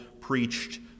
preached